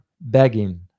begging